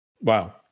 Wow